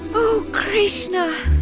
o krishna!